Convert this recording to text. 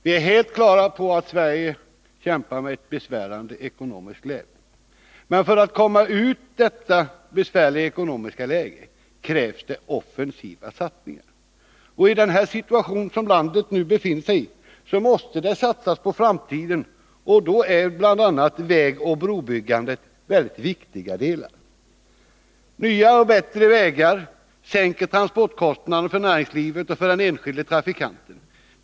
Vi är helt på det klara med att Sverige kämpar med ett besvärande ekonomiskt läge, men för att man skall komma ur detta besvärliga ekonomiska läge krävs det offensiva satsningar. I den situation där landet nu befinner sig måste det satsas på framtiden, och då är bl.a. vägoch brobyggande väldigt viktiga delar. Nya och bättre vägar sänker transportkostnaderna för näringslivet och för den enskilde trafikanten.